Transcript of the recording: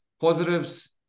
positives